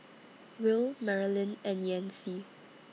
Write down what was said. Will Marolyn and Yancy